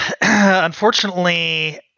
unfortunately